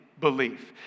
belief